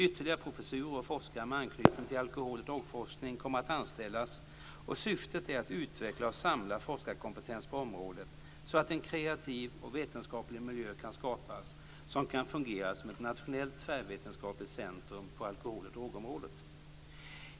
Ytterligare professurer och forskare med anknytning till alkohol och drogforskning kommer att anställas och syftet är att utveckla och samla forskarkompetens på området så att en kreativ och vetenskaplig miljö kan skapas som kan fungera som ett nationellt tvärvetenskapligt centrum på alkohol och drogområdet.